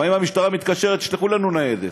לפעמים המשטרה מתקשרת: תשלחו לנו ניידת.